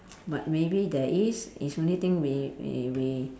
but maybe there is is only thing we we we